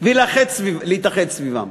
ולהתאחד סביבו,